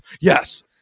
yes